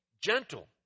gentle